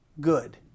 good